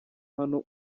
hano